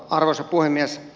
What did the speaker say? arvoisa puhemies